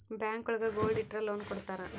bank ಒಳಗ gold ಇಟ್ರ loan ಕೊಡ್ತಾರ